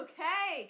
Okay